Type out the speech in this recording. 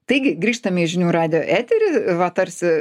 taigi grįžtame į žinių radijo eterį va tarsi